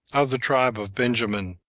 of the tribe of benjamin,